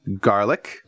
garlic